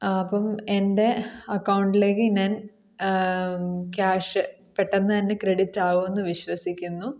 അപ്പോൾ എൻ്റെ അക്കൗണ്ടിലേക്ക് ഞാൻ ക്യാഷ് പെട്ടെന്ന് തന്നെ ക്രെഡിറ്റ് ആകും എന്ന് വിശ്വസിക്കുന്നു